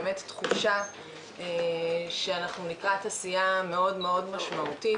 יש תחושה שאנחנו לקראת עשייה מאוד משמעותית